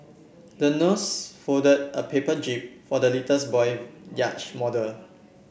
the nurse folded a paper jib for the boy yacht model